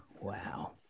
Wow